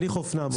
אני חוף נאמוס.